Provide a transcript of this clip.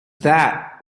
that